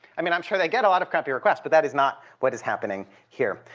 i mean, i'm sure they get a lot of crappy requests, but that is not what is happening here.